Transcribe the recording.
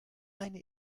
eine